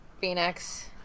Phoenix